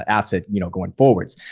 asset, you know, going forwards.